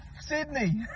Sydney